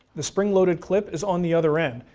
the spring loaded clip is on the other end.